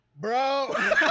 Bro